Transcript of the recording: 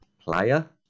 player